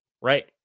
Right